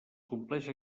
compleix